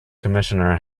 commissioner